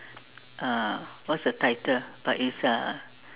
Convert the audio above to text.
uh what's the title but it's uh